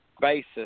basis